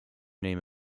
name